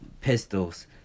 pistols